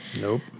Nope